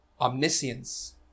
Omniscience